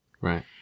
Right